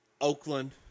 Oakland –